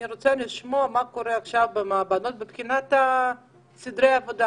אני רוצה לשמוע מה קורה עכשיו במעבדות מבחינת סדרי העבודה,